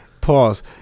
Pause